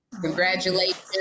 congratulations